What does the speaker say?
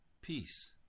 peace